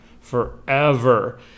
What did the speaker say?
forever